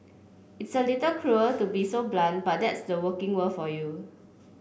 it's a little cruel to be so blunt but that's the working world for you